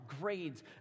grades